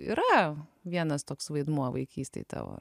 yra vienas toks vaidmuo vaikystėj tavo